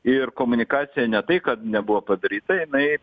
ir komunikacija ne tai kad nebuvo padaryta jinai